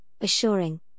assuring